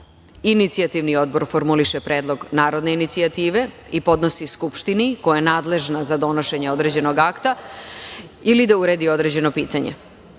Inicijativni odbor formuliše predlog narodne inicijative i podnosi Skupštini, koja je nadležna za donošenje određenog akta ili da uredi određeno pitanje.